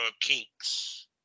kinks